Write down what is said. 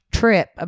trip